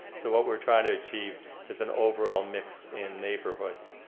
so what we're trying to achieve is an overall mix in neighborhoods,